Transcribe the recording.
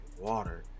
water